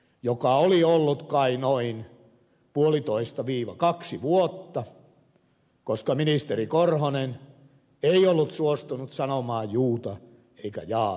anomus oli ollut siellä kai noin puolitoista kaksi vuotta koska ministeri korhonen ei ollut suostunut sanomaan juuta eikä jaata tässä asiassa